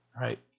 right